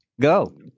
Go